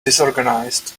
disorganized